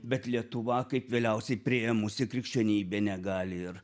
bet lietuva kaip vėliausiai priėmusi krikščionybę negali ir